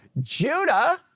Judah